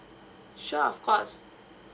sure of course